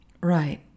Right